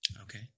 Okay